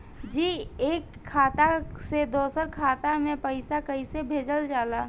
जी एक खाता से दूसर खाता में पैसा कइसे भेजल जाला?